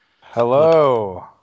hello